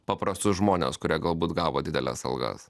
paprastus žmones kurie galbūt gavo dideles algas